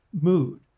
mood